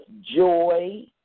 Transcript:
joy